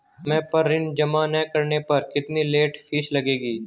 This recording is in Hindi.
समय पर ऋण जमा न करने पर कितनी लेट फीस लगेगी?